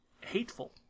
hateful